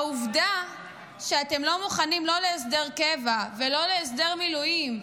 העובדה היא שאתם לא מוכנים לא להסדר קבע ולא להסדר מילואים,